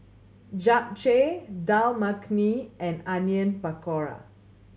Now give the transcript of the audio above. Japchae Dal Makhani and Onion Pakora